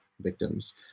victims